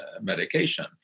medication